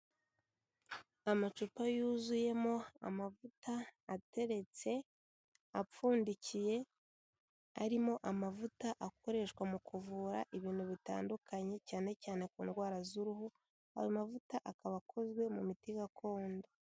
Amacupa yuzuyemo amavuta ateretse, apfundikiye, arimo amavuta akoreshwa mu kuvura ibintu bitandukanye cyane cyane ku ndwara z'uruhu, ayo mavuta akaba akozwe mu miti gakondo.